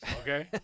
Okay